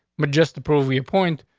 mma, just to prove your point,